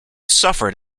suffered